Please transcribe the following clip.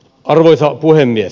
arvoisa puhemies